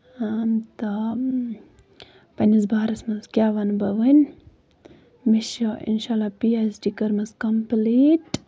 ہاں دہ پَنٕنِس بارَس منٛز کیاہ وَنہٕ بہٕ وۄنۍ مےٚ چھُ اِنشاء اللہ پی ایٚج ڈِی کٔرمٕژ کَمپٕلیٖٹ